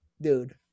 dude